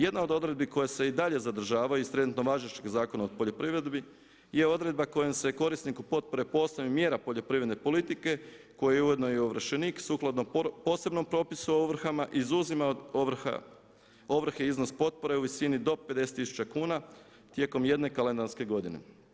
Jedna od odredbi koja se i dalje zadržava iz trenutno važećeg Zakona o poljoprivredi je odredba kojom se korisniku potpore po osnovi mjera poljoprivredne politike koja je ujedno i ovršenik, sukladno posebnom propisu o ovrhama, izuzima od ovrhe iznos potpore u visini do 50 000 kuna tijekom jedne kalendarske godine.